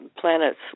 planets